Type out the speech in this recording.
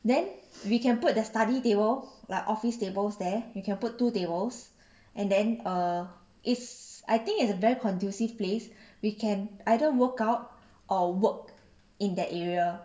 then we can put their study table like office tables there we can put two tables and then err is I think it's a very conducive place we can either workout or work in that area